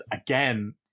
again